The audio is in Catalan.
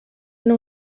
nou